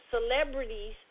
celebrities